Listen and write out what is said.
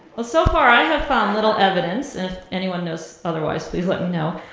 well so far i have found little evidence, and if anyone knows other ise, please let me know,